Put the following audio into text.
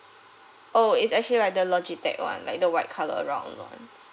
oh it's actually like the logitech one like the white color round one